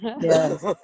yes